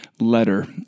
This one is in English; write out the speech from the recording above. letter